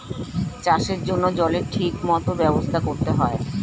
চাষের জন্য জলের ঠিক মত ব্যবস্থা করতে হয়